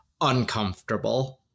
uncomfortable